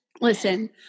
listen